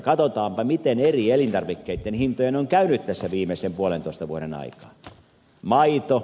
katsotaanpa miten eri elintarvikkeitten hintojen on käynyt viimeisen puolentoista vuoden aikaan